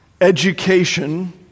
education